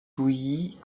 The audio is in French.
pouilly